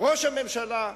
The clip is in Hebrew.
ראש הממשלה,